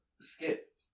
Skip